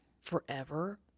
forever